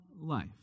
life